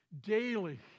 daily